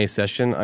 session